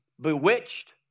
bewitched